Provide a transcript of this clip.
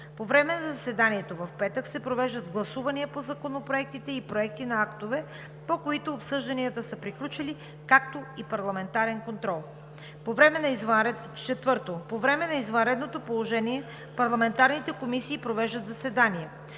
По време на заседанието в петък се провеждат гласувания по законопроектите и проектите на актове, по които обсъжданията са приключили, както и парламентарен контрол. 4. По време на извънредното положение парламентарните комисии провеждат заседания.